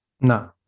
No